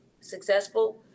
successful